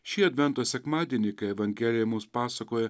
šį advento sekmadienį kai evangelija mums pasakoja